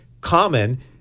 common –